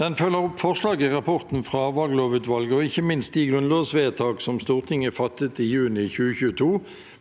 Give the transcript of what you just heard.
Den følger opp forslag i rapporten fra valglovutvalget og ikke minst de grunnlovsvedtak som Stortinget fattet i juni 2022